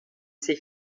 sich